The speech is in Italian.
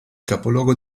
capoluogo